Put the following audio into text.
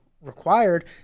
required